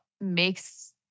makes